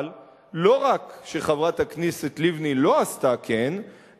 אבל לא רק שחברת הכנסת לבני לא עשתה כן,